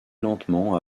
lentement